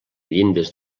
llindes